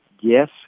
yes